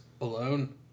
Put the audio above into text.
alone